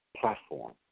platform